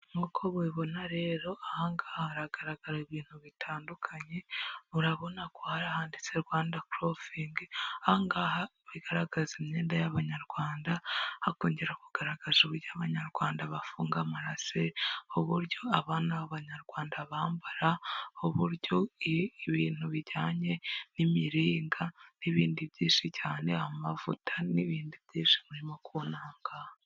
Nk'uko ubibibona rero ahangaha haragaragara ibintu bitandukanye, urabona ko hari ahanditse Rwanda korofingi, ahangaha bigaragaza imyenda y'abanyarwanda, hakongera kugaragaza uburyo abanyarwanda bafunga amarase, uburyo abana b'abanyarwanda bambara, uburyo ibintu bijyanye n'imiringa n'ibindi byinshi cyane, amavuta n'ibindi byinshi urimo kubona ahangaha.